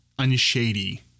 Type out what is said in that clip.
unshady